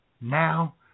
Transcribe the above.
now